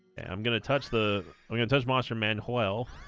i'm gonna touch the i'm gonna touch monster manuel